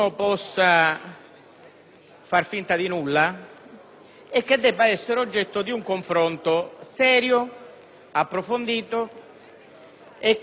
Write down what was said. soggetto alle logiche solide della contrapposizione politica.